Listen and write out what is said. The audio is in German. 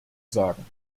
sagen